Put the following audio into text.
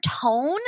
tone